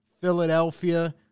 Philadelphia